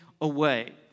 away